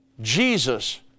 Jesus